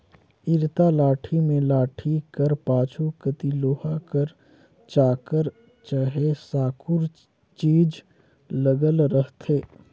इरता लाठी मे लाठी कर पाछू कती लोहा कर चाकर चहे साकुर चीज लगल रहथे